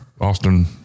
Austin